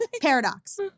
Paradox